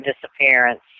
disappearance